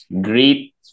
great